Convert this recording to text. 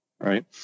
Right